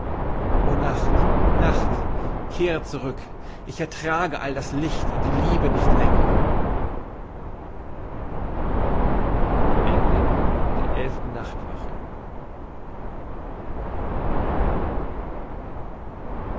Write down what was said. o nacht nacht kehre zurük ich ertrage all das licht und die liebe nicht länger zwölfte nachtwache